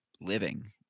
living